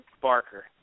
Barker